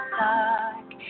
dark